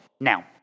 Now